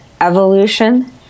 evolution